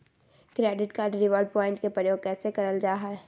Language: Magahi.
क्रैडिट कार्ड रिवॉर्ड प्वाइंट के प्रयोग कैसे करल जा है?